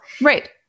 Right